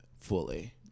fully